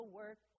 work